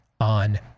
on